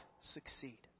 succeed